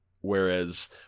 Whereas